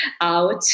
out